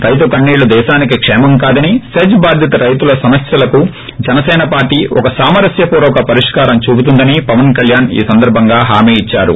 రైతు కన్పీళ్లు దేశానికి క్షేమం కాదని సెజ్ బాధిత రైతుల సమస్నకు జనసేన పార్టీ ఓ సామరస్న పూర్వక పరిష్కారం చూపుతుందని పవన్ కళ్వాణ్ ఈ సందర్భంగా హామీ ఇచ్చారు